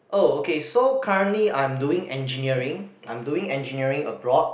oh okay so currently I'm doing engineering I'm doing engineering abroad